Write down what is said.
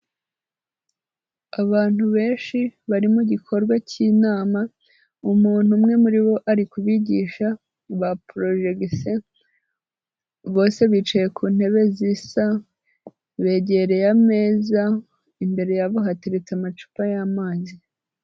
Abantu benshi bari mu gikorwa k'inama umuntu umwe muri bo ari kubigisha, baporojegise, bose bicaye ku ntebe zisa, begereye ameza imbere yabo hateretse amacupa y'amazi.